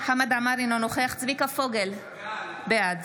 חמד עמאר, אינו נוכח צביקה פוגל, בעד